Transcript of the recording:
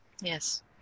Yes